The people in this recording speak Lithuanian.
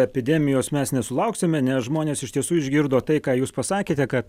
epidemijos mes nesulauksime nes žmonės iš tiesų išgirdo tai ką jūs pasakėte kad